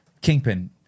Kingpin